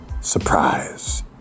Surprise